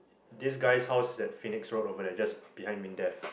this guy's house is at Pheonix road over there just behind M_I_N_D_E_F